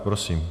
Prosím.